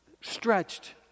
stretched